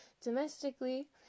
domestically